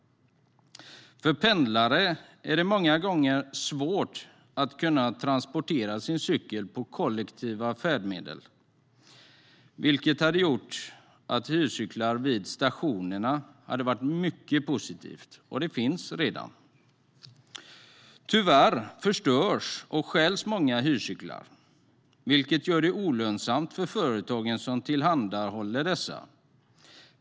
För pendlare är det många gånger svårt att transportera sin cykel på kollektiva färdmedel. Hyrcyklar vid stationerna skulle vara mycket positivt. Det finns redan. Tyvärr förstörs och stjäls många hyrcyklar, vilket gör det olönsamt för de företag som tillhandahåller dessa.